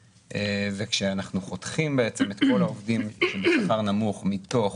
וכשאנחנו חותכים את כל העובדים שבשכר נמוך מתוך